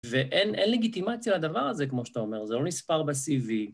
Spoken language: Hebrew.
ואין, אין לגיטימציה לדבר הזה, כמו שאתה אומר, זה לא נספר ב cv.